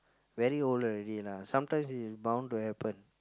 very old already lah sometimes it's bound to happen